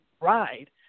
ride